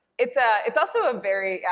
it's ah it's also a very, yeah,